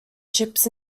chips